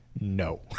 No